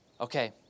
okay